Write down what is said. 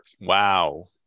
Wow